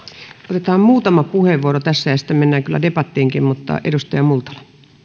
otetaan muutama puheenvuoro tässä ja sitten mennään kyllä debattiinkin edustaja multala